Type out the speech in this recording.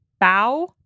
bow